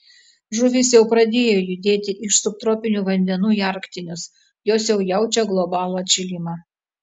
žuvys jau pradėjo judėti iš subtropinių vandenų į arktinius jos jau jaučia globalų atšilimą